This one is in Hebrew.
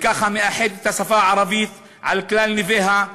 וככה מאחדת השפה הערבית על כלל ניביה,